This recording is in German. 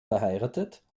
verheiratet